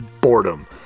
boredom